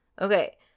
Okay